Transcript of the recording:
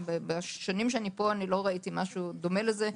בשנים שאני פה לא ראיתי דבר דומה לזה,